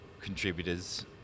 contributors